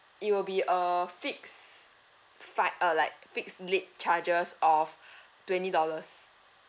it will be a fixed fi~ uh like fixed late charges of twenty dollars